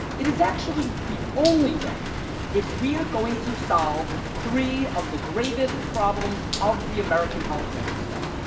it is actually the only way if we are going to solve three of the gravest problems of the american healthcare system.